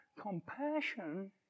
Compassion